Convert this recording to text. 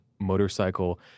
motorcycle